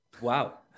Wow